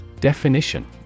Definition